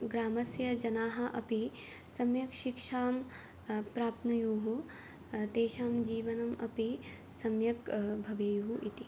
ग्रामस्य जनाः अपि सम्यक् शिक्षां प्राप्नुयुः तेषां जीवनम् अपि सम्यक् भवेयुः इति